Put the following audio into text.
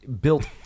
built